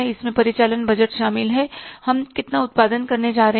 इसमें परिचालन बजट शामिल हैं कि हम कितना उत्पादन करने जा रहे हैं